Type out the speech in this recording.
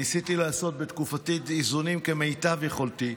ניסיתי לעשות בתקופתי איזונים כמיטב יכולתי.